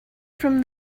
from